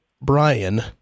Brian